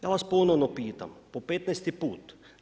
Ja vas ponovno pitam, po 15-ti put.